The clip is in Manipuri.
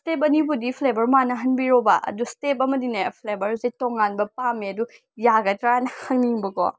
ꯏꯁꯇꯦꯞ ꯑꯅꯤꯕꯨꯗꯤ ꯐ꯭ꯂꯦꯕꯔ ꯃꯥꯟꯅꯍꯟꯕꯤꯔꯣꯕ ꯑꯗꯣ ꯏꯁꯇꯦꯞ ꯑꯃꯗꯤꯅꯦ ꯐ꯭ꯂꯦꯕꯔꯁꯦ ꯇꯣꯡꯉꯥꯟꯕ ꯄꯥꯝꯃꯦ ꯑꯗꯣ ꯌꯥꯒꯗ꯭ꯔꯅ ꯍꯪꯅꯤꯡꯕ ꯀꯣ